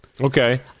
Okay